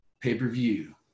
pay-per-view